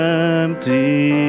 empty